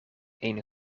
een